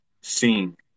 seen